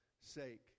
sake